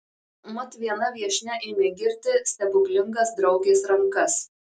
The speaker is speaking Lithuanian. mat viena viešnia ėmė girti stebuklingas draugės rankas